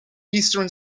eastern